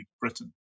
Britain